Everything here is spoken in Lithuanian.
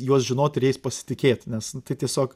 juos žinot ir jais pasitikėt nes tai tiesiog